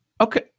Okay